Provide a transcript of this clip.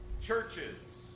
churches